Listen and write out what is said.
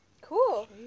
Cool